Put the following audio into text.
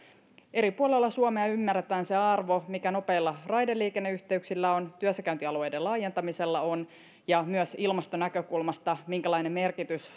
eri puolilla suomea ymmärretään se arvo mikä nopeilla raideliikenneyhteyksillä ja työssäkäyntialueiden laajentamisella on ja myös ilmastonäkökulmasta minkälainen merkitys